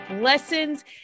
lessons